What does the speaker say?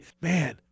Man